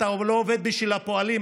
אתה לא עובד בשביל הפועלים,